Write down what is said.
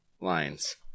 lines